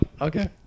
Okay